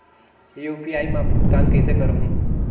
UPI मा भुगतान कइसे करहूं?